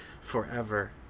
forever